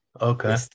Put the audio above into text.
Okay